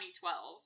2012